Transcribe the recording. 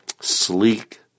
sleek